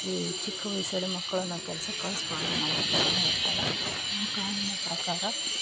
ಈ ಚಿಕ್ಕ ವಯಸ್ಸಲ್ಲೇ ಮಕ್ಕಳನ್ನ ಕೆಲ್ಸಕ್ಕೆ ಕಳ್ಸ್ಬಾರದು ಕಾನೂನಿನ ಪ್ರಕಾರ